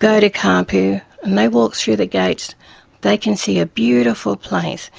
go to caaapu and they walk through the gates they can see a beautiful place.